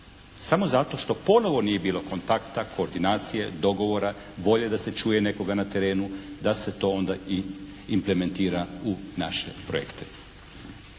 Samo zato što ponovo nije bilo kontakta, koordinacije, dogovora, volje da se čuje nekoga na terenu da se to onda i implementira u naše projekte.